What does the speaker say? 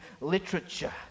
literature